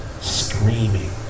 screaming